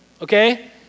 okay